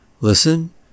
Listen